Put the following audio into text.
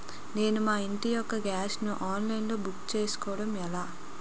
నేను మా ఇంటి యెక్క గ్యాస్ ను ఆన్లైన్ లో బుక్ చేసుకోవడం ఎలా?